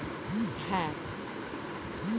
food system পৃথিবীর সব প্রাণীদের খাবারের সাইকেলকে বলে